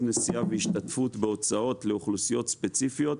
נסיעה והשתתפות בהוצאות לאוכלוסיות ספציפיות,